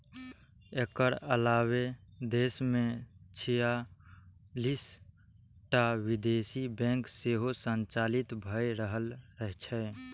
एकर अलावे देश मे छियालिस टा विदेशी बैंक सेहो संचालित भए रहल छै